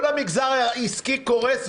כל המגזר העסקי קורס,